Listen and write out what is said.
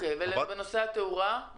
מה לגבי נושא התאורה?